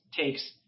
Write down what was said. takes